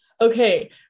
okay